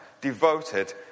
devoted